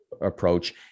approach